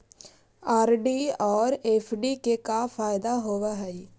RD और FD के का फायदा होव हई?